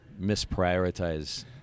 misprioritize